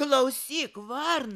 klausyk varna